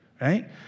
right